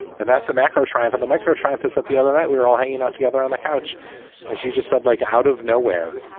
and that's the macro shrive of and the micro trampas that the other night we were all hanging out together on the couch and she just said, like, out of nowhere.